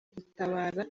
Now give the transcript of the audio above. gutabara